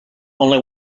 only